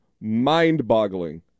mind-boggling